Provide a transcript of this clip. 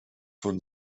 von